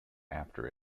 after